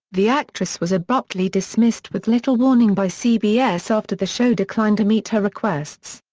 the actress was abruptly dismissed with little warning by cbs after the show declined to meet her requests.